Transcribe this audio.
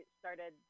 started